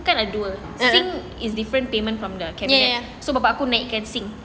kan ada dua sink is different payment from the cabinet so bapa aku naikkan sink